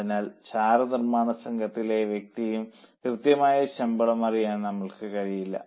അതിനാൽ ചാറ് നിർമ്മാണ സംഘത്തിലെ വ്യക്തിയുടെ കൃത്യമായ ശമ്പളം അറിയാൻ നമ്മൾക്ക് കഴിയില്ല